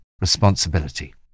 responsibility